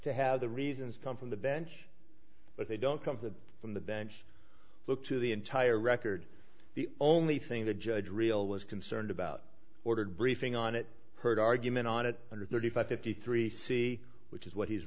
to have the reasons come from the bench but they don't come from the bench look to the entire record the only thing the judge real was concerned about ordered briefing on it heard argument on it under thirty five fifty three c which is what he's